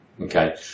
Okay